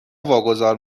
واگذار